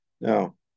Now